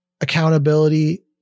accountability